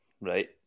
right